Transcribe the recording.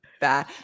bad